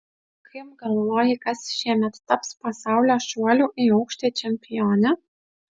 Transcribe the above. kaip galvoji kas šiemet taps pasaulio šuolių į aukštį čempione